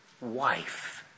wife